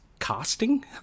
Casting